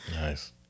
Nice